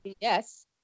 Yes